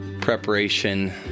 preparation